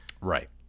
Right